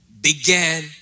began